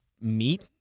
meet